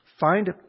find